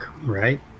right